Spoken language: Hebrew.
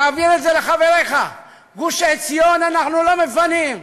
תעביר את זה לחבריך, את גוש-עציון אנחנו לא מפנים,